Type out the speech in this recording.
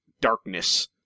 darkness